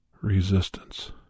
resistance